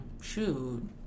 shoot